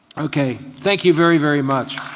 okay. thank you very, very much.